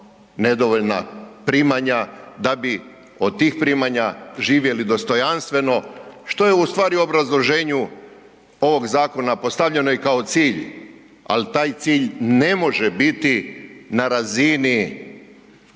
nedovoljna primanja da bi od tih primanja živjeli dostojanstveno, što je u stvari u obrazloženju ovog zakona postavljeno i kao cilj, al taj cilj ne može biti na razini